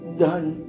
done